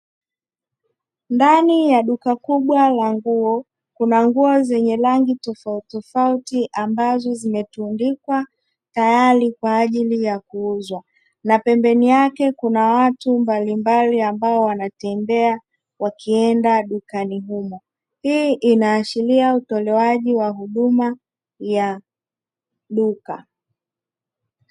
Ndani ya duka kubwa la nguo, kuna nguo zenye rangi tofauti tofauti ambazo zimetundika tayari kwa ajili ya kuuzwa, na pembeni yake kuna watu mbalimbali ambao wanatembea wakienda dukani humo. Hii inaashiria utolewaji wa huduma ya duka.